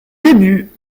début